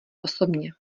osobně